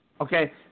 Okay